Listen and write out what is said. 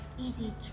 easy